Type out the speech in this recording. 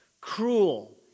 cruel